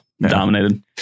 dominated